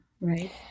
right